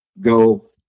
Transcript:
go